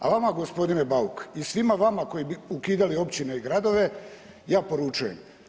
A vama gospodine Bauk i svima vama koji bi ukidali općine i gradove ja poručujem.